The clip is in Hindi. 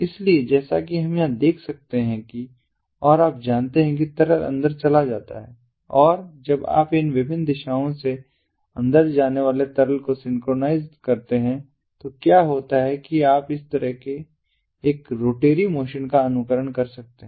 इसलिए जैसा कि हम यहां देख सकते हैं कि और आप जानते हैं कि तरल अंदर चला जाता है और जब आप इन विभिन्न दिशाओं से अंदर जाने वाले तरल को सिंक्रोनाइज करते हैं तो क्या होता है की आप इस तरह एक रोटरी मोशन का अनुकरण कर सकते हैं